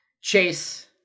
chase